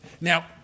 Now